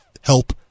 Help